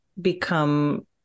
become